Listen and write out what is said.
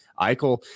Eichel